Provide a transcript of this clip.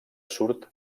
surt